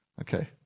Okay